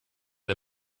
der